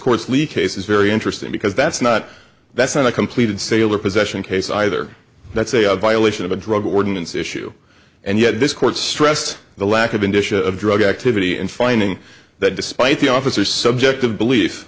coarsely case is very interesting because that's not that's not a completed sale or possession case either that's a violation of a drug ordinance issue and yet this court stressed the lack of addition of drug activity and finding that despite the officer subjective belief